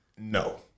No